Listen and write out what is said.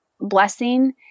blessing